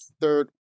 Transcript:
Third